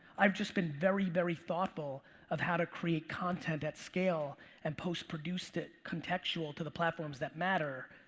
i've just been very, very thoughtful of how to create content at scale and post produced it, contextual to the platforms that matter.